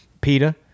Peter